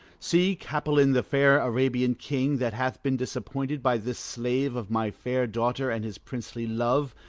see, capolin, the fair arabian king, that hath been disappointed by this slave of my fair daughter and his princely love,